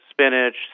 spinach